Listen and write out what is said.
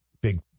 big